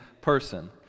person